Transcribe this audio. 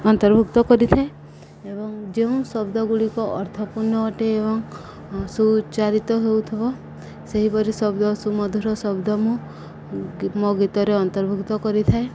ଅନ୍ତର୍ଭୁକ୍ତ କରିଥାଏ ଏବଂ ଯେଉଁ ଶବ୍ଦଗୁଡ଼ିକ ଅର୍ଥପୂର୍ଣ୍ଣ ଅଟେ ଏବଂ ସୁଉଚ୍ଚାରିତ ହେଉଥିବ ସେହିପରି ଶବ୍ଦ ସୁମଧୁର ଶବ୍ଦ ମୁଁ ମୋ ଗୀତରେ ଅନ୍ତର୍ଭୁକ୍ତ କରିଥାଏ